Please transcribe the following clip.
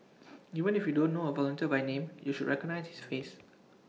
even if you don't know A volunteer by name you should recognise his face